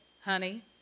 honey